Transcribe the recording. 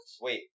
Wait